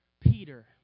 Peter